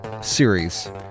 series